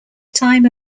time